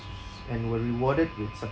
and were rewarded with